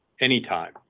anytime